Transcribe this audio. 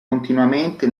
continuamente